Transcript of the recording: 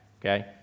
okay